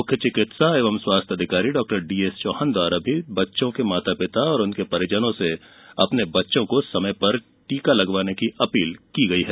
मुख्य चिकित्सा एवं स्वास्थ्य अधिकारी डॉ डीएसचौहान द्वारा बच्चों के माता पिता व उनके परिजनों से अपने बच्चों को समय पर टीके लगवाने की अपील की है